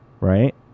right